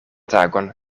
tagon